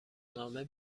نامه